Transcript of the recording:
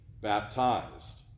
baptized